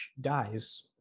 dies